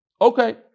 Okay